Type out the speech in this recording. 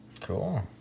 Cool